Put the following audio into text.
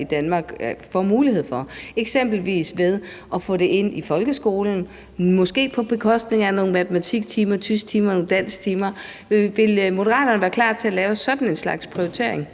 i Danmark får muligheden for, eksempelvis ved at få det ind i folkeskolen, måske på bekostning af nogle matematiktimer, tysktimer eller dansktimer. Ville Moderaterne være klar til at lave sådan en slags prioritering?